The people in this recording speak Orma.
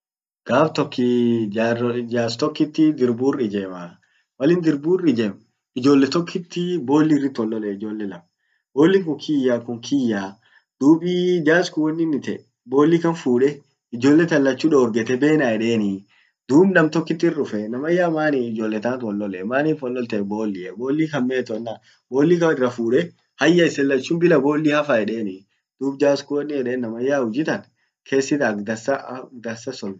gaf tok jarole jars tokkiti dirbur ijemaa. Malin dirbur ijem ijolle tokiti bolli irrit wol lolle, ijollle lam, bollin kun kiyaa, kun kiyaa. Dub jars kun wonin ite bolli kan fude ijjolle tan lacchu dorgete bena edenii. dub nam tokkkit irdufe namanyaa maani ijolle tant wol lolle, manif wol lollte? bollia, bolli kan meto enan bolli kan irra fude hayya isen lachun bila bolli hafa edeni, dub jars kun wonin yeden namanyaa huji tan ,kesi ak dansa.